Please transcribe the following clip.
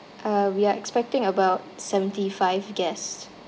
uh we are expecting about seventy five guests